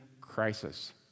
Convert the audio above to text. crisis